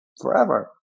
forever